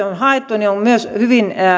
on haettu on myös hyvin